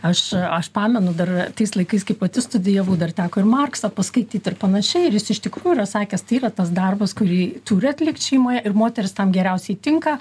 aš aš pamenu dar tais laikais kai pati studijavau dar teko ir marksą paskaityt ir panašiai ir jis iš tikrųjų yra sakęs tai yra tas darbas kurį turi atlikt šeimoje ir moterys tam geriausiai tinka